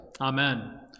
Amen